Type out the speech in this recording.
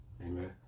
Amen